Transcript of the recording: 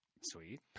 Sweet